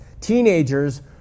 teenagers